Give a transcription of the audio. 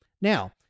Now